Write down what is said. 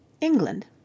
England